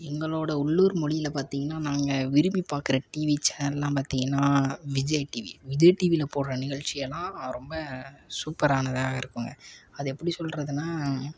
எங்களோடய உள்ளூர் மொழியில பார்த்திங்கன்னா நாங்கள் விரும்பி பார்க்குற டிவி சேனல்லாம் பார்த்திங்கன்னா விஜய் டிவி விஜய் டிவியில் போடுகிற நிகழ்ச்சியெல்லாம் ரொம்ப சூப்பரானதாக இருக்கும் அதை எப்படி சொல்கிறதுனா